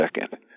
second